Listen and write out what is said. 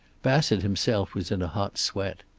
bassett himself was in a hot sweat.